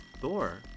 Thor